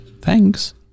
Thanks